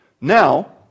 Now